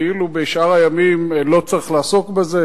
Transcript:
כאילו בשאר הימים לא צריך לעסוק בזה,